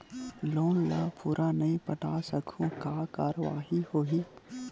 Loan ला पूरा नई पटा सकहुं का कारवाही होही?